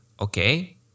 okay